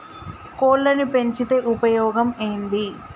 కోళ్లని పెంచితే ఉపయోగం ఏంది?